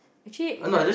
actually it have